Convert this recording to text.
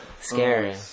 Scary